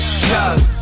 chug